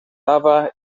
lava